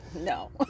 no